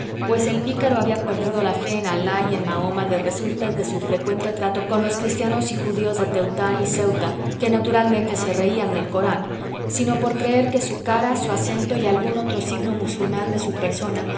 pues el pícaro había perdido la fe en alah y en mahoma de resultas de su frecuente trato con los cristianos y judíos de tetuán y ceuta que naturalmente se reían del corán sino por creer que su cara su acento y algún otro signo musulmán de su persona